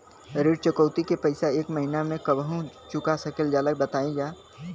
ऋण चुकौती के पैसा एक महिना मे कबहू चुका सकीला जा बताईन जा?